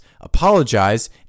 Apologize